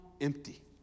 empty